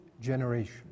generation